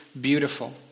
beautiful